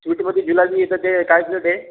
स्वीटमध्ये जिलबी येतं ते काय प्लेट आहे